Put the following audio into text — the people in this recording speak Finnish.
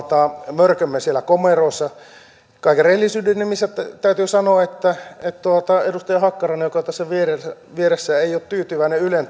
mörkömme siellä komeroissa kaiken rehellisyyden nimissä täytyy sanoa että edustaja hakkarainen joka tässä vieressä vieressä ei ole tyytyväinen ylen